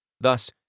Thus